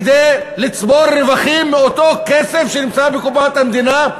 כדי לצבור רווחים מאותו כסף שנמצא בקופת המדינה,